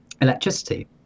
electricity